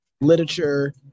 literature